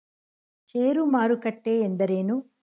ಷೇರು ಮಾರುಕಟ್ಟೆ ಎಂದರೇನು?